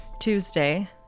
Tuesday